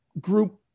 Group